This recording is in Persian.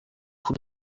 پول